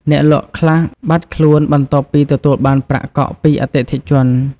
អ្នកលក់ខ្លះបាត់ខ្លួនបន្ទាប់ពីទទួលបានប្រាក់កក់ពីអតិថិជន។